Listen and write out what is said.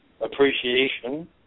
appreciation